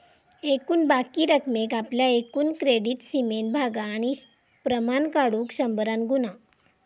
एकूण बाकी रकमेक आपल्या एकूण क्रेडीट सीमेन भागा आणि प्रमाण काढुक शंभरान गुणा